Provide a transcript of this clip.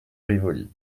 rivoli